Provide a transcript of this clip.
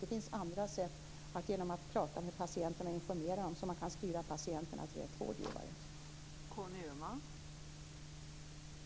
Det finns andra sätt att styra patienterna till rätt vårdgivare, t.ex. genom att prata med dem och informera dem.